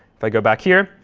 if i go back here.